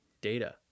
data